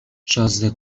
شازده